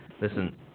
listen